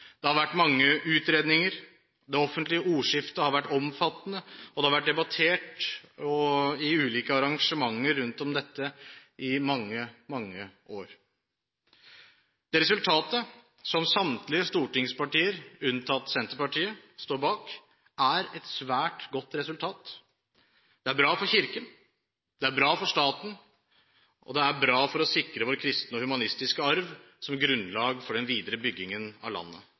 Det har vært mange utredninger. Det offentlige ordskiftet har vært omfattende, og det har vært debattert i ulike arrangementer om dette i mange, mange år. Det resultatet som samtlige stortingspartier – unntatt Senterpartiet – står bak, er svært godt. Det er bra for Kirken. Det er bra for staten. Det er bra for å sikre vår kristne og humanistiske arv som grunnlag for den videre byggingen av landet